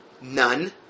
None